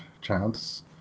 chance